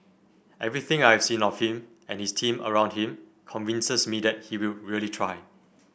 everything I have seen of him and his team around him convinces me that he will really try